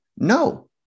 no